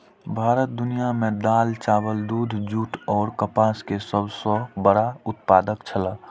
भारत दुनिया में दाल, चावल, दूध, जूट और कपास के सब सॉ बड़ा उत्पादक छला